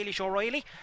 O'Reilly